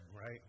right